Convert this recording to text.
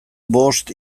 bost